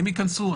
הם ייכנסו.